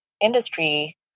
industry